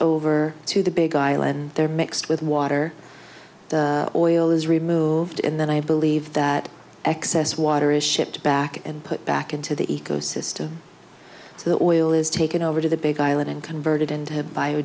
over to the big island they're mixed with water oil is removed and then i believe that excess water is shipped back and put back into the eco system so the oil is taken over to the big island and converted into bio